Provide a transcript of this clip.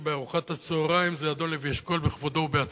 בארוחת הצהריים זה אדון לוי אשכול בכבודו ובעצמו.